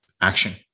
action